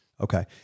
Okay